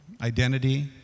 identity